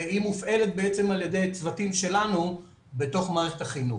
והיא מופעלת על ידי צוותים שלנו בתוך מערכת החינוך.